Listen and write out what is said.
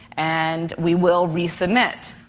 and we will resubmit.